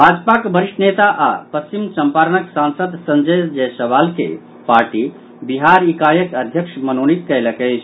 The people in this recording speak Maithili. भाजपाक वरिष्ठ नेता आओर पश्चिम चम्पारणक सांसद संजय जायसवाल के पार्टी बिहार इकाईक अध्यक्ष मनोनीत कयलक अछि